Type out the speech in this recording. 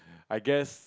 I guess